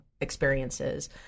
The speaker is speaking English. experiences